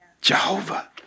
Jehovah